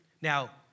Now